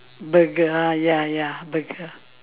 burger ah ya ya burger